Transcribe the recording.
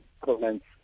comments